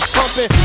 Pumping